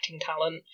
talent